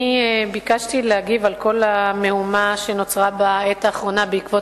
אני ביקשתי להגיב על כל המהומה שנוצרה בעת האחרונה בעקבות